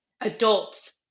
Adults